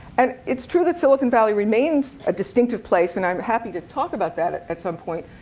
and it's true that silicon valley remains a distinctive place. and i'm happy to talk about that at at some point.